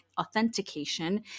authentication